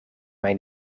mij